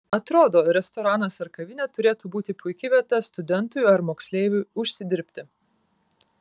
atrodo restoranas ar kavinė turėtų būti puiki vieta studentui ar moksleiviui užsidirbti